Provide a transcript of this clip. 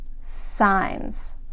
signs